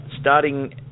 Starting